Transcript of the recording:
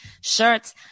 shirts